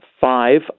five